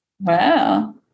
Wow